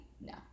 no